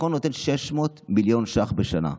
החיסכון נותן 600 מיליון ש"ח בשנה.